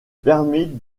permet